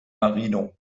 marino